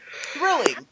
Thrilling